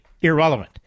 irrelevant